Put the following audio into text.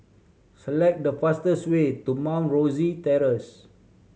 select the fastest way to Mount Rosie Terrace